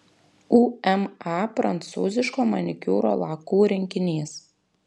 uma prancūziško manikiūro lakų rinkinys